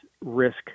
risk